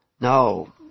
No